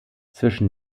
zwischen